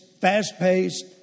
fast-paced